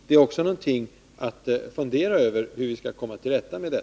Det är också någonting att fundera över, hur vi skall komma till rätta med det.